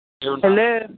Hello